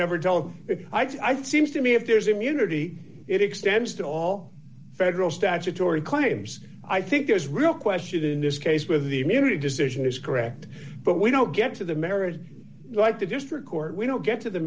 never tell if i seems to me if there's immunity it extends to all federal statutory claims i think there's real question in this case where the immunity decision is correct but we don't get to the marriage like the district court we don't get to the